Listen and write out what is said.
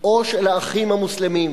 או של "האחים המוסלמים".